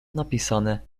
napisane